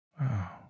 Wow